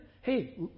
Hey